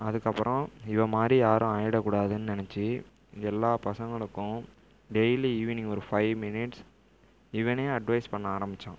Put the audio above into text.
அதுக்கப்புறம் இவன் மாதிரி யாரும் ஆயிடக்கூடாதுன் நினைச்சி எல்லா பசங்களுக்கும் டெய்லி ஈவினிங் ஒரு ஃபைவ் மினிட்ஸ் இவனே அட்வைஸ் பண்ண ஆரம்பிச்சான்